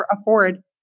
afford